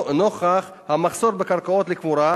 נוכח המחסור בקרקעות לקבורה,